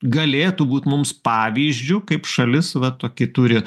galėtų būt mums pavyzdžiu kaip šalis va tokį turi